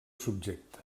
subjecte